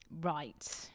Right